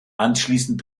anschließend